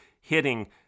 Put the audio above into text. hitting